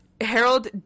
Harold